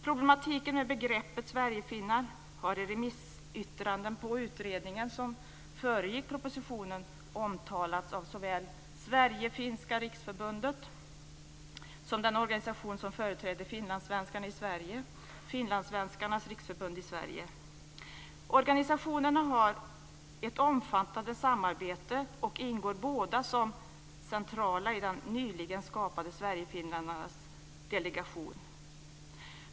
Problematiken med begreppet sverigefinnar har i remissyttranden i samband med de utredningar som föregick propositionen omtalats av såväl Sverigefinska Riksförbundet som den organisation som företräder finlandssvenskarna i Sverige, Finlandssvenskarnas riksförbund i Sverige. Organisationerna har ett omfattande samarbete och är båda centrala i svergigefinländarnas delegation, som nyligen skapats.